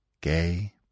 Gay